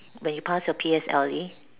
when you pass your P_S_L_E